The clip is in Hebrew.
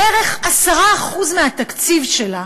בערך 10% מהתקציב שלה